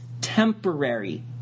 temporary